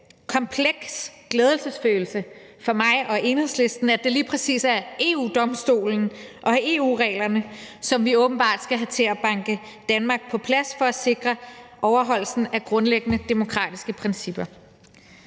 kompleks glædesfølelse for mig og Enhedslisten, at det lige præcis er EU-Domstolen og EU-reglerne, som vi åbenbart skal have til at banke Danmark på plads for at sikre overholdelsen af grundlæggende demokratiske principper.